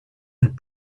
and